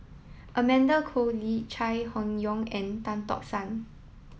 Amanda Koe Lee Chai Hon Yoong and Tan Tock San